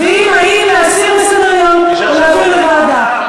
מצביעים אם להסיר מסדר-היום או להעביר לוועדה.